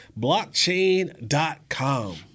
blockchain.com